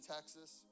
Texas